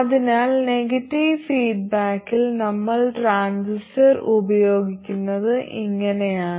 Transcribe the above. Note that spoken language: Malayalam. അതിനാൽ നെഗറ്റീവ് ഫീഡ്ബാക്കിൽ നമ്മൾ ട്രാൻസിസ്റ്റർ ഉപയോഗിക്കുന്നത് ഇങ്ങനെയാണ്